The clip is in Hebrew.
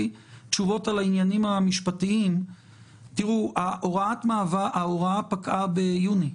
תראו, ההוראה פקעה ביוני.